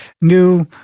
new